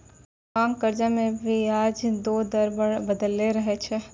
मांग कर्जा मे बियाज रो दर बदलते रहै छै